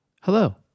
Hello